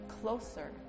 closer